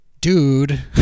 dude